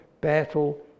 battle